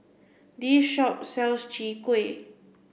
this shop sells Chwee Kueh